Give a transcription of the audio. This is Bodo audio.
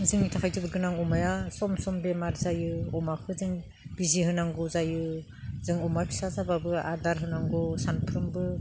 जोंनि थाखाय जोबोद गोनां अमाया सम सम बेमार जायो अमाखो जों बिजि होनांगौ जायो जों अमा फिसा जाबाबो आदार होनांगौ सानफ्रोमबो